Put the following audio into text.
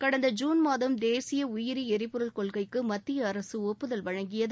கடந்த ஜுன் மாதம் தேசிய உயிரி எரிபொருள் கொள்கைக்கு மத்திய அரசு ஒப்புதல் வழங்கியது